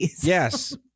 Yes